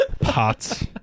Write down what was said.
Pots